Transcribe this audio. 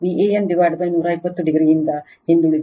ಆದ್ದರಿಂದ Vbn Van 120 o ನಿಂದ ಹಿಂದುಳಿದಿದೆ